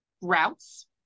routes